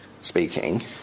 speaking